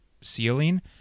ceiling